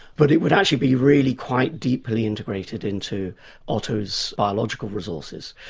but it would actually be really quite deeply integrated into otto's biological resources.